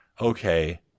okay